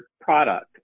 product